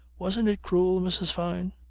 wasn't it cruel, mrs. fyne?